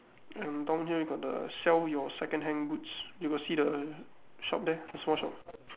and down here you got the sell your second-hand goods you got see the shop there the small shop